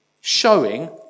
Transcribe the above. Showing